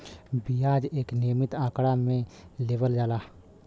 बियाज एक नियमित आंकड़ा मे लेवल जाला